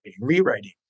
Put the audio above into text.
rewriting